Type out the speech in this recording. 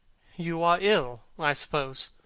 you are ill, i suppose.